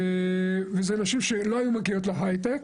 וזה נשים שלא היו מגיעות להייטק.